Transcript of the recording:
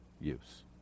use